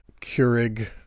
keurig